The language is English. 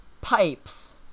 Pipes